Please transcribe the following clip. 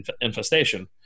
infestation